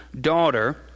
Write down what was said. daughter